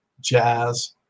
jazz